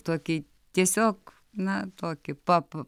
tokį tiesiog na tokį pap